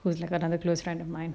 it was like another close friend of mine